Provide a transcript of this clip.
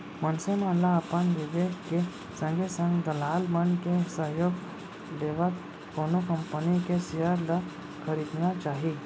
मनसे मन ल अपन बिबेक के संगे संग दलाल मन के सहयोग लेवत कोनो कंपनी के सेयर ल खरीदना चाही